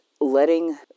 letting